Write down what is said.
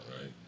right